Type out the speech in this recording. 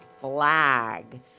flag